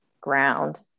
ground